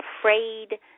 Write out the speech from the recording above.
afraid